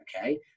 okay